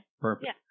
perfect